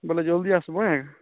ବୋଲେ ଜଲ୍ଦି ଆସବ ଏଁ